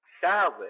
salad